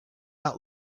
out